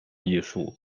艺术